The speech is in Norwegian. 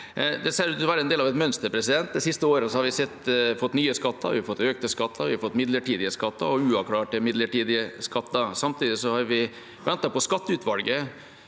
Det ser ut til å være en del av et mønster. Det siste året har vi fått nye skatter, økte skatter, midlertidige skatter og uavklarte, midlertidige skatter. Samtidig har vi ventet på skatteutvalget,